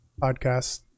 podcast